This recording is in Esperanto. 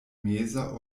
meza